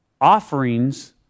Offerings